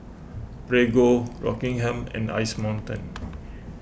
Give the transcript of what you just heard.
Prego Rockingham and Ice Mountain